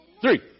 three